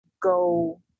go